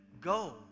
go